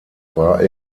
war